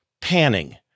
panning